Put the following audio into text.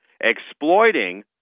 exploiting